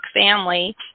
family